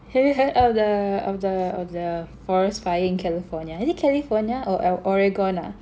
have you heard of the of the of the forest fire in California is it California or ore~ Oregon ah